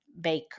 Baker